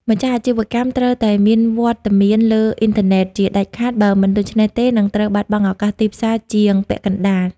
ម្ចាស់អាជីវកម្មត្រូវតែមាន "វត្តមានលើអ៊ីនធឺណិត" ជាដាច់ខាត បើមិនដូច្នោះទេនឹងត្រូវបាត់បង់ឱកាសទីផ្សារជាងពាក់កណ្ដាល។